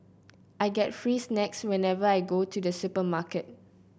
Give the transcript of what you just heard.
I get free snacks whenever I go to the supermarket